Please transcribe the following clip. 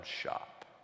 shop